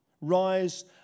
Rise